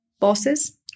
bosses